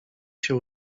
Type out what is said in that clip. się